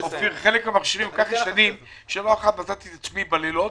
לא אחת בדקתי את עצמי בלילות,